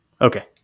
okay